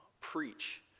preach